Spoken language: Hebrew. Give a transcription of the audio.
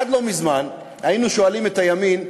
עד לא מזמן היינו שואלים את הימין: